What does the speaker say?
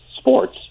sports